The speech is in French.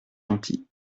gentil